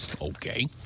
okay